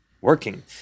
working